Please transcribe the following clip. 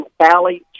Valley